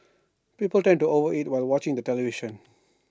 people tend to over eat while watching the television